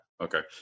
Okay